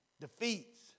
Defeats